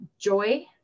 joy